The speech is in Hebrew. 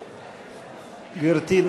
בעד גברתי,